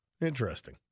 Interesting